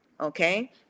okay